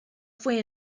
fue